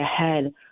ahead